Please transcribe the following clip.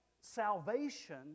salvation